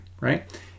right